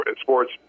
sports